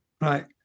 Right